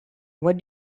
what